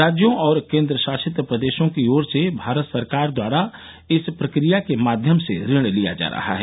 राज्यों और केंद्रशासित प्रदेशों की ओर से भारत सरकार द्वारा इस प्रक्रिया के माध्यम से ऋण लिया जा रहा है